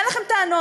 שאין לכם טענות?